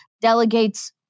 delegates